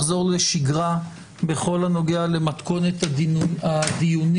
לחזור לשגרה בכל הנוגע למתכונת הדיונים